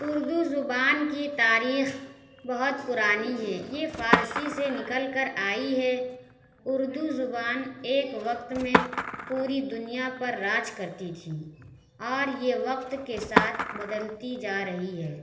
اُردو زبان کی تاریخ بہت پُرانی ہے یہ فارسی سے نکل کر آئی ہے اُردو زبان ایک وقت میں پوری دُنیا پر راج کرتی تھی اور یہ وقت کے ساتھ بدلتی جا رہی ہے